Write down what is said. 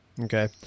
Okay